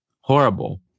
Horrible